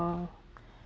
uh